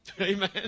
Amen